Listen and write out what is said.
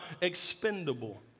expendable